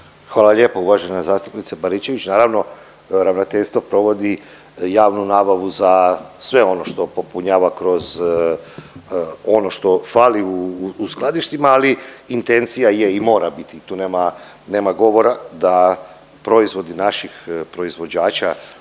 Hvala lijepo. Uvažena zastupnice Baričević. Naravno ravnateljstvo provodi javnu nabavu za sve ono što popunjava kroz ono što fali u skladištima, ali intencija je i mora biti tu nema govora da proizvodi naših proizvođača